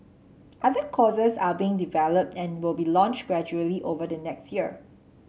other courses are being developed and will be launched gradually over the next year